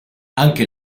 anche